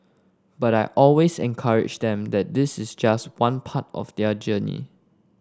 but I always encourage them that this is just one part of their journey